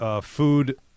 food